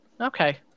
Okay